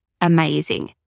amazing